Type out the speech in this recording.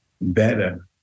better